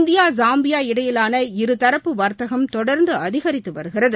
India Zambia இடையிலான இருதரப்பு வர்த்தகம் தொடர்ந்து அதிகரித்து வருகிறது